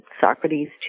Socrates